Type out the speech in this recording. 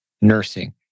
nursing